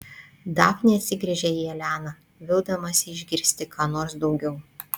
dafnė atsigręžia į eleną vildamasi išgirsti ką nors daugiau